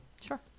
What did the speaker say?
Sure